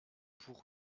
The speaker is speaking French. pour